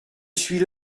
suis